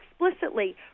explicitly